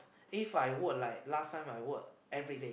If I work like last time I work everyday